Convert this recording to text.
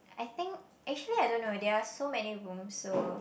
I think actually I don't know there are so many rooms so